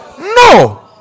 No